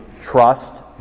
trust